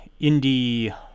indie